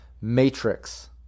Matrix